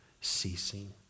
ceasing